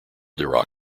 dirac